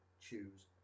choose